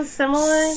similar